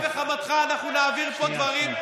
על אפך וחמתך אנחנו נעביר פה דברים,